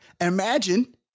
Imagine